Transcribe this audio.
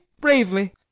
bravely